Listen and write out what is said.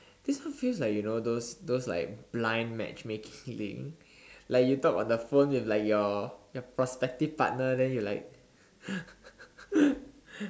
this so feel like you know those those like blind matchmaking thing like you talk about the phone with like your your prospective partner then you like